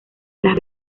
las